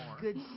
Good